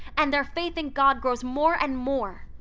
and their faith in god grows more and more.